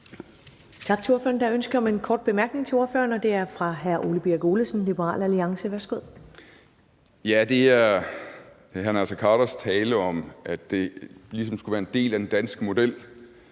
Tak til ordføreren. Der er ønske om en kort bemærkning til ordføreren, og den er fra hr. Ole Birk Olesen, Liberal Alliance. Værsgo. Kl. 10:39 Ole Birk Olesen (LA): Ja, det er til hr. Naser Khaders tale om, at det ligesom skulle være en del af den danske model,